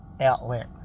outlet